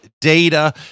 data